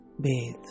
bathe